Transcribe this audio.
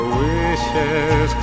wishes